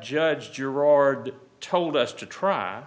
judge jury told us to try